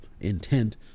intent